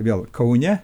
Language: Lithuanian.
vėl kaune